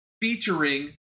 featuring